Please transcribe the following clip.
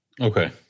Okay